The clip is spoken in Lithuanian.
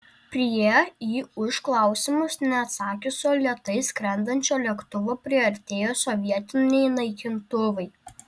prie į užklausimus neatsakiusio lėtai skrendančio lėktuvo priartėjo sovietiniai naikintuvai